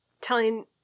telling